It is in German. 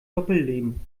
doppelleben